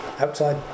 outside